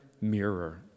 mirror